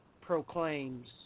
proclaims